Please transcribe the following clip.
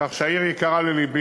כך שהעיר יקרה ללבי.